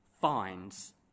finds